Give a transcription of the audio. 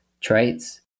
traits